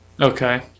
Okay